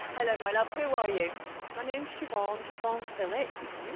i let my love, who are you my name's siobhan siobhan phillips,